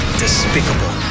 despicable